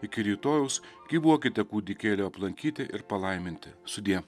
iki rytojaus gyvuokite kūdikėlio aplankyti ir palaiminti sudie